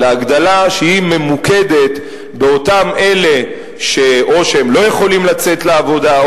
אלא הגדלה שהיא ממוקדת באותם אלה שלא יכולים לצאת לעבודה,